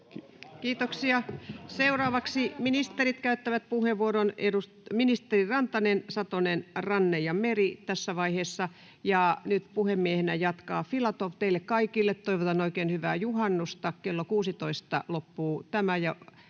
Kiitoksia. — Seuraavaksi ministerit käyttävät puheenvuoron: ministerit Rantanen, Satonen, Ranne ja Meri tässä vaiheessa. Ja nyt puhemiehenä jatkaa Filatov. Teille kaikille toivotan oikein hyvää juhannusta! Kello 16 tämä